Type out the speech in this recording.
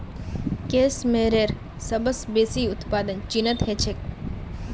case मेयरेर सबस बेसी उत्पादन चीनत ह छेक